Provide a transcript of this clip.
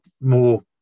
more